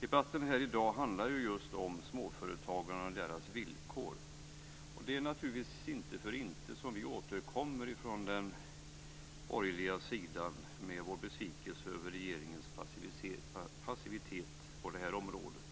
Debatten här i dag handlar just om småföretagarna och deras villkor. Det är ju inte för inte som vi från den borgerliga sidan återkommer med vår besvikelse över regeringens passivitet på det här området.